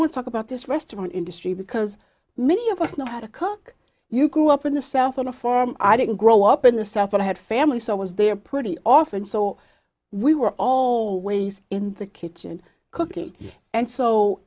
want to talk about this restaurant industry because many of us know how to cook you can go up in the south on a farm i didn't grow up in the south but i had family so i was there pretty often so we were always in the kitchen cooking and so